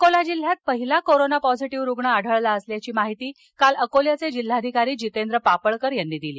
अकोला जिल्ह्यात पहिला corona positive रुग्ण आढळला असल्याची माहिती काल अकोल्याचे जिल्हाधिकारी जितेंद्र पापळकर यांनी दिली